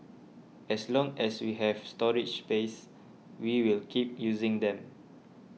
as long as we have storage space we will keep using them